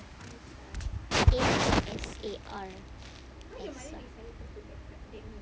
A I S A R